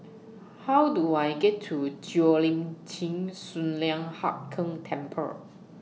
How Do I get to Cheo Lim Chin Sun Lian Hup Keng Temple